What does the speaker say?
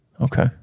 Okay